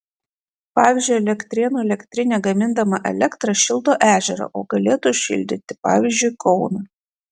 pavyzdžiui elektrėnų elektrinė gamindama elektrą šildo ežerą o galėtų šildyti pavyzdžiui kauną